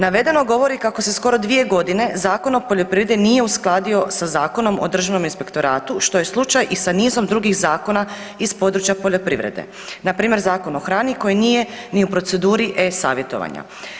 Navedeno govori kako se skoro 2.g. Zakon o poljoprivredi nije uskladio sa Zakonom o državnom inspektoratom, što je slučaj i sa nizom drugih zakona iz područja poljoprivrede, npr. Zakon o hrani koji nije ni u proceduri e-savjetovanja.